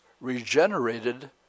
regenerated